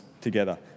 together